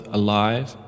alive